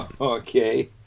Okay